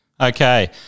Okay